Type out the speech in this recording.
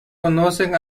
conocen